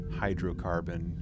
hydrocarbon